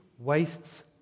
wastes